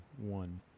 one